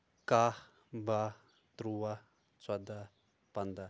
کاہ باہ ترُٛواہ ژۄداہ پَنٛداہ